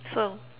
so